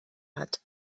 hat